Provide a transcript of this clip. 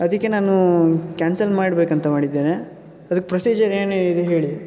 ಅದಕ್ಕೆ ನಾನು ಕ್ಯಾನ್ಸಲ್ ಮಾಡಬೇಕಂತ ಮಾಡಿದ್ದೇನೆ ಅದಕ್ಕೆ ಪ್ರೊಸೀಜರ್ ಏನೇನಿದೆ ಹೇಳಿ